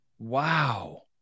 Wow